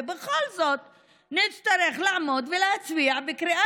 ובכל זאת נצטרך לעמוד ולהצביע בקריאה